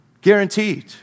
guaranteed